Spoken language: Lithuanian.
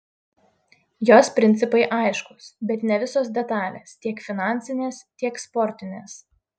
jos principai aiškūs bet ne visos detalės tiek finansinės tiek sportinės